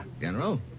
General